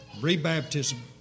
Re-baptism